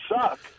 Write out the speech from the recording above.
suck